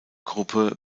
gruppe